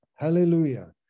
Hallelujah